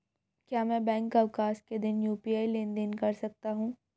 क्या मैं बैंक अवकाश के दिन यू.पी.आई लेनदेन कर सकता हूँ?